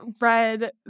read